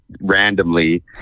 randomly